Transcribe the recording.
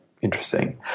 interesting